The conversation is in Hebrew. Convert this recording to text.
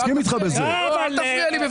ואל תפריע לי.